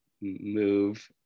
move